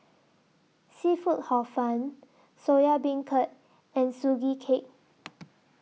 Seafood Hor Fun Soya Beancurd and Sugee Cake